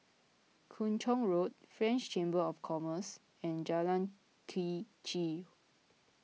Kung Chong Road French Chamber of Commerce and Jalan Quee Chew